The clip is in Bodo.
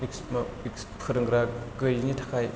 फोरोंग्रा गैयैनि थाखाय